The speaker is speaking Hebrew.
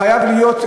חייב להיות,